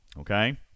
Okay